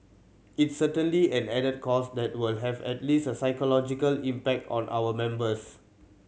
it's certainly an added cost that will have at least a psychological impact on our members